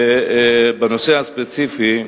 בנושא הספציפי,